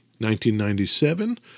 1997